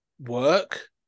work